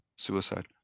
Suicide